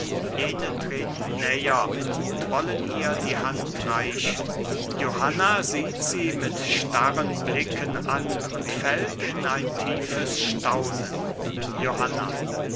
jene treten näher und wollen ihr die hand reichen johanna sieht sie mit starren blicken an und fällt in ein tiefes staunen johanna